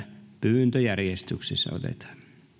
pyyntöjärjestyksessä otetaan